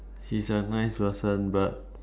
she is a nice person but